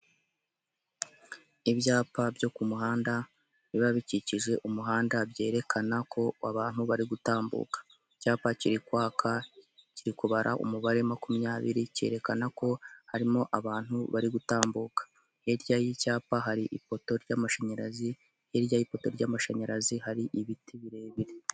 Ibyapa byo ku muhanda, biba bikikije umuhanda byerekana ko abantu bari gutambuka, icyapa kiri kwaka kiri kubara umubare makumyabiri cyerekana ko harimo abantu bari gutambuka, hirya y'icyapa hari ipoto ry'amashanyarazi, hirya y'ipoto ry'amashanyarazi hari ibiti birebire.